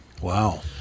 Wow